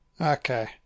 okay